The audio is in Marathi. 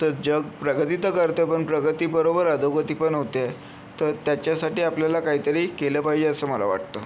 तर जग प्रगती त करते पण प्रगती बरोबर अधोगती पण होते आहे तर त्याच्यासाठी आपल्याला काहीतरी केलं पाहिजे असं मला वाटतं